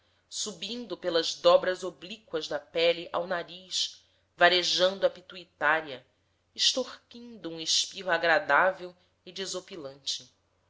subindo pelas dobras oblíquas da pele ao nariz varejando a pituitária extorquindo um espirro agradável e desopilante